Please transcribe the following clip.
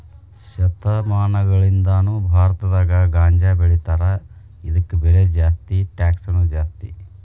ಶತಮಾನಗಳಿಂದಾನು ಭಾರತದಾಗ ಗಾಂಜಾಬೆಳಿತಾರ ಇದಕ್ಕ ಬೆಲೆ ಜಾಸ್ತಿ ಟ್ಯಾಕ್ಸನು ಜಾಸ್ತಿ